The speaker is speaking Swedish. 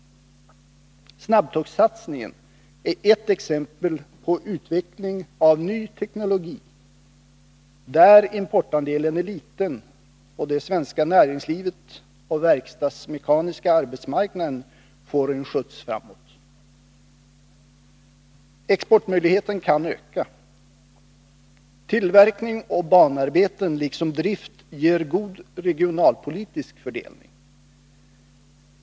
Snabbtågssatsningen är ett exempel på utveckling av ny teknologi, där importandelen är liten och det svenska näringslivet och verkstadsmekaniska arbetsmarknaden får en skjuts framåt. Exportmöjligheten kan öka. Tillverkning och banarbeten liksom drift ger god regionalpolitisk fördelning.